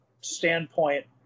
standpoint